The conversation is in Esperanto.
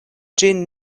ĝin